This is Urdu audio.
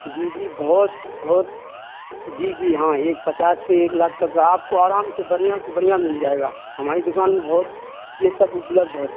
جی جی بہت بہت جی جی ہاں ایک پچاس سے ایک لاکھ تک آپ کو آرام سے بڑھیا سے بڑھیا مل جائے گا ہماری دکان میں بہت یہ سب اپلبدھ ہے